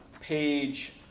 page